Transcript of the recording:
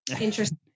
Interesting